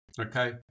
okay